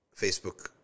Facebook